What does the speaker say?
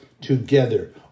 together